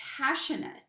passionate